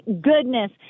goodness